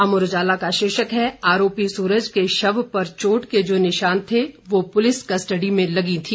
अमर उजाला का शीर्षक है आरोपी सूरज के शव पर चोट के जो निशान थे वो पुलिस कस्टडी में लगी थी